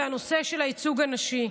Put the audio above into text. זה הנושא של הייצוג הנשי.